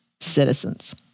citizens